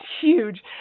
huge